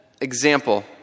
example